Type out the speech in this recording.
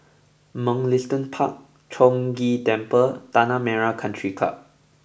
Mugliston Park Chong Ghee Temple and Tanah Merah Country Club